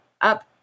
up